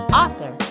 author